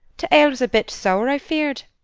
t' ale was a bit sour, i feared.